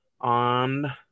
on